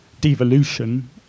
devolution